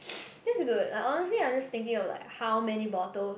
that's good I honestly I'm just thinking of like how many bottles